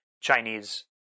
Chinese